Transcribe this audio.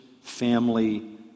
family